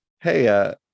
hey